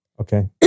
Okay